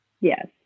Yes